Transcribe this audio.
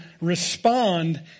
respond